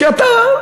כי אתה,